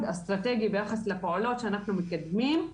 אסטרטגי ביחס לפעולות שאנחנו מקדמים.